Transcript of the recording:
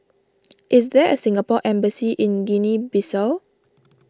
is there a Singapore Embassy in Guinea Bissau